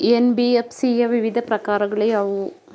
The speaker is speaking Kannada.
ಎನ್.ಬಿ.ಎಫ್.ಸಿ ಯ ವಿವಿಧ ಪ್ರಕಾರಗಳು ಯಾವುವು?